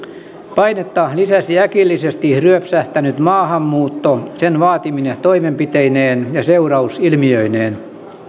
painetta lisäsi äkillisesti ryöpsähtänyt maahanmuutto sen vaatimine toimenpiteineen ja seurausilmiöineen